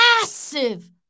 massive